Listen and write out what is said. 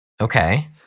okay